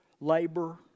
labor